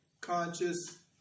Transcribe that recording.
conscious